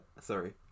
Sorry